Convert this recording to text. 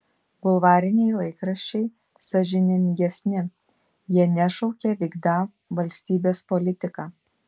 bulvariniai laikraščiai sąžiningesni jie nešaukia vykdą valstybės politiką